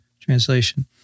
translation